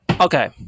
Okay